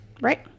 Right